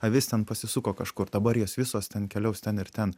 avis ten pasisuko kažkur dabar jos visos ten keliaus ten ir ten